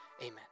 amen